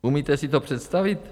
Umíte si to představit?